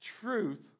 truth